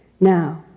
Now